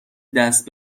دست